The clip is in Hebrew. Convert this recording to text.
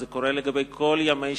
זה קורה לגבי כל ימי שלישי,